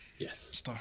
Yes